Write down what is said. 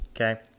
okay